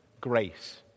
grace